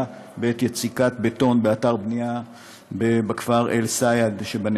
בעת יציקת בטון באתר בנייה בכפר אל-סייד שבנגב.